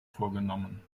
vorgenommen